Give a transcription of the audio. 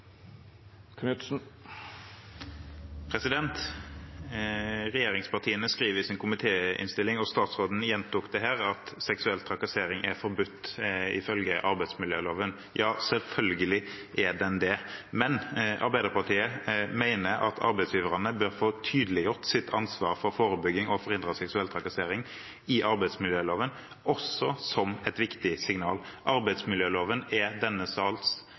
forbudt ifølge arbeidsmiljøloven. Ja, selvfølgelig er det det. Men Arbeiderpartiet mener at arbeidsgiverne bør få tydeliggjort i arbeidsmiljøloven sitt ansvar for forebygging og å forhindre seksuell trakassering, også som et viktig signal. Arbeidsmiljøloven er ett av denne sals